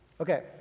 okay